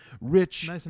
rich